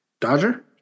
dodger